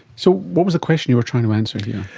so what was the question you were trying to answer here?